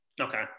Okay